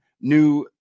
new